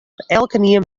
elkenien